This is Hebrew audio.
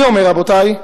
אני אומר, רבותי,